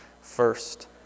first